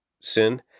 Sin